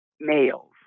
males